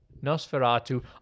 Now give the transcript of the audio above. Nosferatu